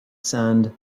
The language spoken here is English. sand